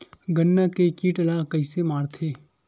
गन्ना के कीट ला कइसे मारथे?